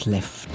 Left